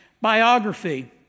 biography